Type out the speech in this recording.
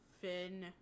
Finn